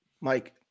Mike